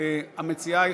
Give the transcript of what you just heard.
התשי"ז 1957,